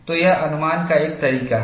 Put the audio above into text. तो यह अनुमान का एक तरीका है